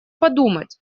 подумать